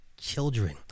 Children